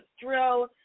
drill